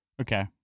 Okay